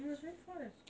but it was very fast